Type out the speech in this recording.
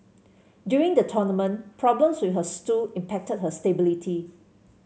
during the tournament problems with her stool impacted her stability